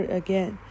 again